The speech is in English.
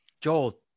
joel